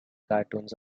cartoons